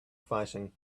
fighting